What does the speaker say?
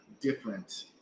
different